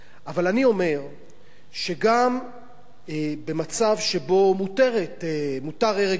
אבל אני אומר שגם במצב שבו מותר הרג בעלי-חיים